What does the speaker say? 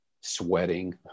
sweating